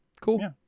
cool